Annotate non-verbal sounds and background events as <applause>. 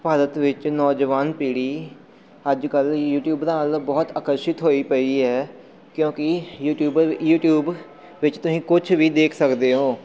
ਭਾਰਤ ਵਿੱਚ ਨੌਜਵਾਨ ਪੀੜ੍ਹੀ ਅੱਜ ਕੱਲ੍ਹ ਯੂਟੀਊਬ <unintelligible> ਬਹੁਤ ਆਕਰਸ਼ਿਤ ਹੋਈ ਪਈ ਹੈ ਕਿਉਂਕਿ ਯੂਟੀਊਬਰ ਯੂਟੀਊਬ ਵਿੱਚ ਤੁਸੀਂ ਕੁਛ ਵੀ ਦੇਖ ਸਕਦੇ ਹੋ